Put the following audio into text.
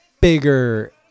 bigger